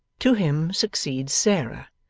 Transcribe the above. to him succeeds sarah,